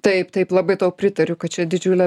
taip taip labai tau pritariu kad čia didžiulė